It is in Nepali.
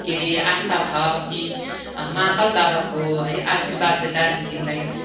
के रे आस्था छ कि महाकाल बाबाको है आशीर्वाद चाहिँ दार्जिलिङलाई